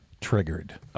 Triggered